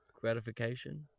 gratification